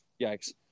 yikes